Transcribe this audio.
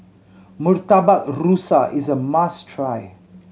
Murtabak Rusa is a must try